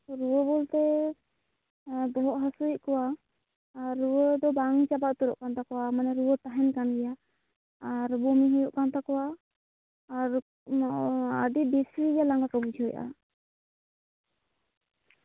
ᱨᱩᱣᱟᱹ ᱵᱚᱞᱛᱮ ᱵᱚᱦᱚᱜ ᱦᱟᱹᱥᱩᱭᱮᱫ ᱠᱚᱣᱟ ᱟᱨ ᱨᱩᱣᱟᱹ ᱫᱚ ᱵᱟᱝ ᱪᱟᱵᱟ ᱩᱛᱟᱹᱨᱚᱜ ᱠᱟᱱ ᱛᱟᱠᱚᱣᱟ ᱢᱟᱱᱮ ᱨᱩᱣᱟᱹ ᱛᱟᱦᱮᱱ ᱠᱟᱱ ᱜᱮᱭᱟ ᱟᱨ ᱵᱚᱢᱤ ᱦᱩᱭᱩᱜ ᱠᱟᱱ ᱛᱟᱠᱚᱣᱟ ᱟᱨ ᱟᱹᱰᱤ ᱵᱮᱥᱤᱜᱮ ᱞᱟᱸᱜᱟ ᱠᱚ ᱵᱩᱡᱷᱟᱹᱣᱮᱫᱟ